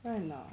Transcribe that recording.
right or not